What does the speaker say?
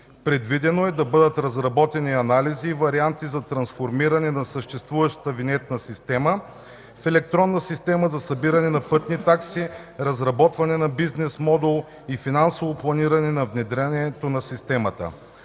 Предвидено е да бъдат разработени анализи и варианти за трансформиране на съществуващата винетна система в Електронна система за събиране на пътни такси, разработване на бизнес модел и финансово планиране на внедряването на системата.